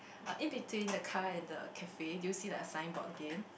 uh in between the car and the cafe do you see like a signboard again